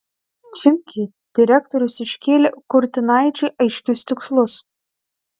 chimki direktorius iškėlė kurtinaičiui aiškius tikslus